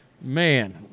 Man